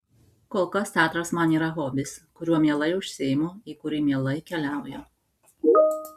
kol kas teatras man yra hobis kuriuo mielai užsiimu į kurį mielai keliauju